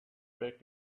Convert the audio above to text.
back